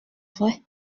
vrai